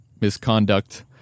misconduct